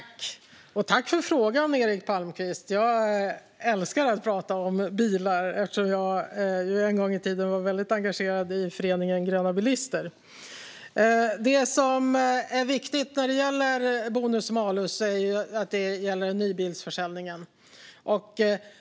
Fru talman! Tack för frågan, Eric Palmqvist! Jag älskar att prata om bilar eftersom jag en gång i tiden var väldigt engagerad i föreningen Gröna Bilister. Det som är viktigt när det gäller bonus-malus är att det gäller nybilsförsäljningen.